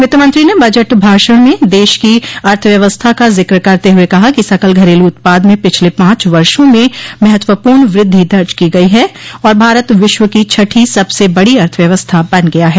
वित्तमंत्री ने बजट भाषण में देश की अर्थव्यवस्था का जिक्र करते हुए कहा कि सकल घरेलू उत्पाद में पिछले पांच वर्षों में महत्वपूर्ण वृद्धि दर्ज की गई है और भारत विश्व की छठी सबसे बड़ी अर्थव्यवस्था बन गया है